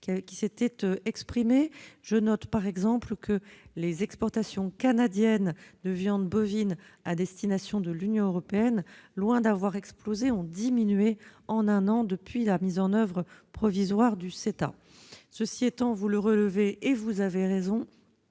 qui avaient été exprimées. Je note par exemple que les exportations canadiennes de viande bovine à destination de l'Union européenne, loin d'avoir explosé, ont diminué en un an, depuis la mise en oeuvre provisoire du CETA. Cela étant dit, comme vous le relevez à raison,